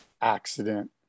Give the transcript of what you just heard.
accident